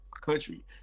country